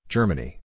Germany